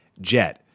jet